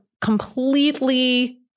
completely